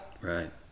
Right